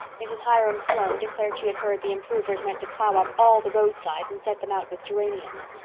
mrs. hiram sloane declared she had heard the improvers meant to plough up all the roadsides and set them out with geraniums.